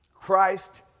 Christ